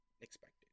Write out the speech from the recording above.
expected